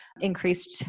increased